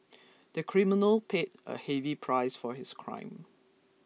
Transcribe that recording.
the criminal paid a heavy price for his crime